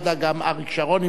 גם אריק שרון המשיך,